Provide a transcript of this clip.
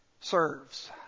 serves